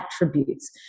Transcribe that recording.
attributes